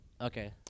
Okay